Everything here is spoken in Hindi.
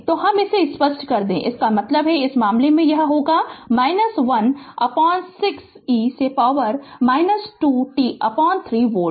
तो मैं हम इसे स्पष्ट कर दे इसका मतलब है कि इस मामले में यह होगा 1 6 e से पॉवर 2 t 3 वोल्ट